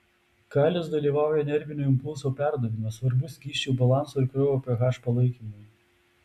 kalis dalyvauja nervinio impulso perdavime svarbus skysčių balanso ir kraujo ph palaikymui